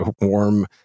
warm